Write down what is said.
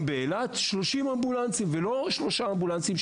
באילת 30 אמבולנסים ולא שלושה אמבולנסים,